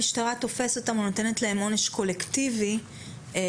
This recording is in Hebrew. המשטרה תופסת אותם או נותנת להם עונש קולקטיבי לכולם,